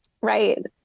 Right